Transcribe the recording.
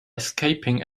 escaping